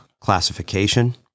classification